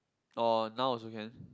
oh now also can